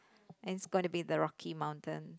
and is going to be the Rocky Mountains